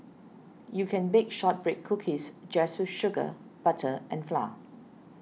you can bake Shortbread Cookies just with sugar butter and flour